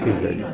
ਠੀਕ ਹੈ ਜੀ